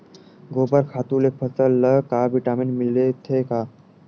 गोबर खातु ले फसल ल का विटामिन मिलथे का?